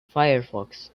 firefox